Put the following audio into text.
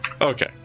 Okay